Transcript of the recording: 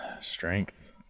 Strength